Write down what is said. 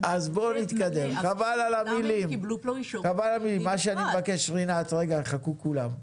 אבל למה הם קיבלו סמכות אישור ללא מרכז?